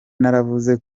naravuze